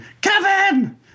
Kevin